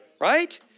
Right